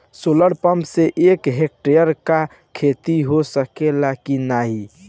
Solar pump से एक hectare क खेती हो सकेला की नाहीं?